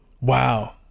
Wow